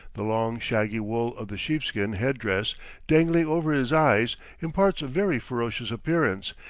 the long, shaggy wool of the sheepskin head-dress dangling over his eyes imparts a very ferocious appearance,